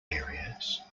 areas